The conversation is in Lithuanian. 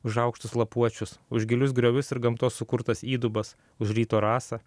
už aukštus lapuočius už gilius griovius ir gamtos sukurtas įdubas už ryto rasą